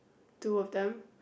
two of them